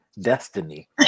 destiny